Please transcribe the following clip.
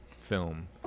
film